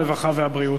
הרווחה והבריאות.